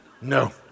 No